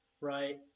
right